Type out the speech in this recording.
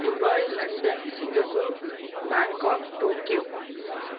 Dubai London Singapore Bangkok Tokyo